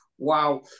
Wow